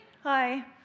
Hi